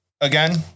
again